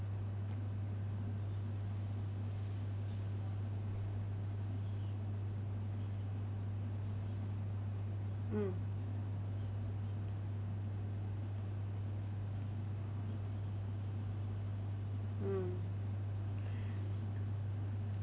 mm mm